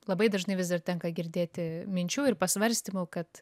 labai dažnai vis dar tenka girdėti minčių ir pasvarstymų kad